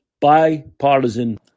Bipartisan